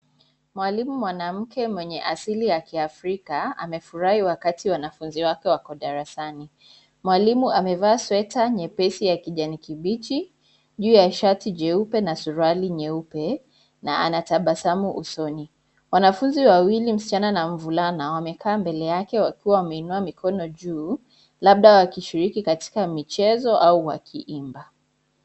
Mwalimu mwanamke mwenye asili ya Kiafrika amefurahi wakati wanafunzi wake wako darasani. Mwalimu amevaa sweta nyepesi ya kijani kibichi juu ya shati jeupe na suruali nyeupe na ana tabasamu usoni. Wanafunzi wawili msichana na mvulana wamekaa mbele yake wakiwa wameinua mikono juu, labda wakishiriki katika michezo au wakiimba.